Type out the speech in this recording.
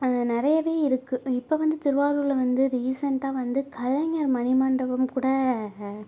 அங்கே நிறையவே இருக்கு இப்போ வந்து திருவாரூரில் வந்து ரீசன்ட்டாக வந்து கலைஞர் மணிமண்டபம்கூட